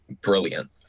brilliant